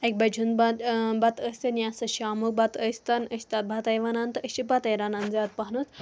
اَکہِ بَجہِ ہُنٛد بَتہٕ ٲسِنۍ یا شَامُک بَتہٕ ٲسۍتن أسۍ چھِ تَتھ بَتَے ونان تہٕ أسۍ چھِ بَتَے رَنان زیادٕ پَہمتھ